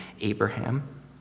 Abraham